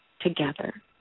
together